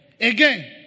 again